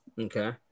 Okay